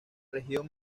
región